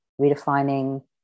redefining